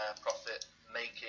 profit-making